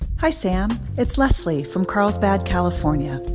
hi, sam, it's leslie from carlsbad, calif. ah and